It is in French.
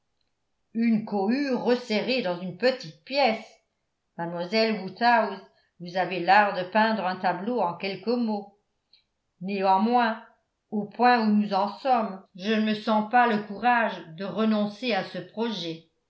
une cohue resserrée dans une petite pièce mademoiselle woodhouse vous avez l'art de peindre un tableau en quelques mots néanmoins au point où nous en sommes je ne me sens pas le courage de renoncer à ce projet